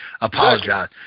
Apologize